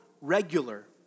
regular